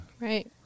right